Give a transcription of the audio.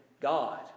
god